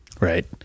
right